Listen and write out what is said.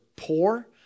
poor